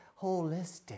holistic